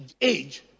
age